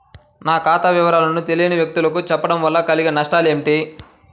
నా ఖాతా వివరాలను తెలియని వ్యక్తులకు చెప్పడం వల్ల కలిగే నష్టమేంటి?